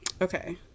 Okay